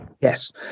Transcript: Yes